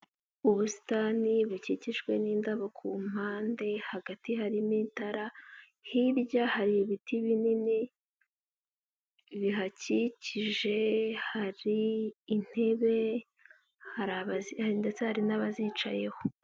Ubusitani bukikijwe n'indabo ku mpande, hagati harimo itara, hirya hari ibiti binini bihakikije, hari intebe ,hari abazi ndetse hari n'abazicayeho.